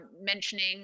mentioning